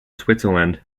switzerland